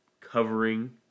covering